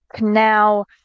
now